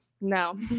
no